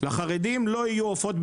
לחרדים לא יהיו עופות,